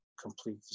complete